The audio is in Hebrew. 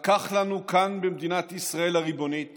לקח לנו כאן במדינת ישראל הריבונית